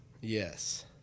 Yes